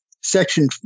Section